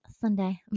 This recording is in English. sunday